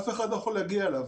אף אחד לא יכול להגיע אליו,